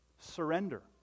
Surrender